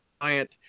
client